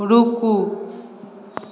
रूकु